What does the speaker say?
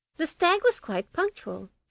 the stag was quite punctual,